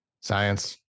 Science